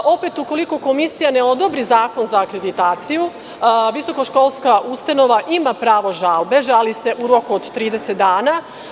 Opet, ukoliko komisija ne odobri zakon za akreditaciju, visoko školska ustanova ima pravo žalbe i žali se u roku od 30 dana.